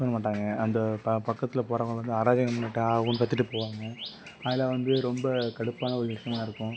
மாட்டாங்கள் அந்த ப பக்கத்தில் போகிறவங்கள வந்து அராஜகம் பண்ணிட்டு ஆ ஊன்னு கத்திகிட்டுப் போவாங்கள் அதில் வந்து ரொம்ப கடுப்பான ஒரு விஷயமாக இருக்கும்